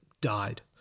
died